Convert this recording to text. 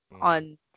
on